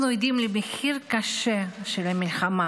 אנחנו עדים למחיר הקשה של המלחמה